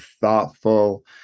thoughtful